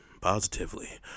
positively